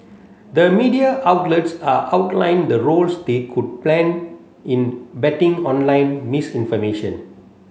the media outlets are outlined the roles they could plan in betting online misinformation